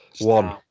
One